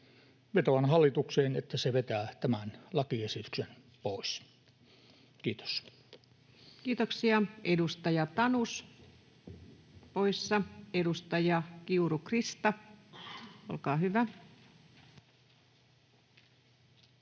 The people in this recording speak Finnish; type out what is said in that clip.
Vetoan hallitukseen, että se vetää tämän lakiesityksen pois. — Kiitos. Kiitoksia. — Edustaja Tanus, poissa. — Edustaja Kiuru, Krista, olkaa hyvä.